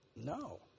No